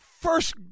first